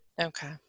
Okay